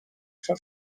for